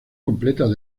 completas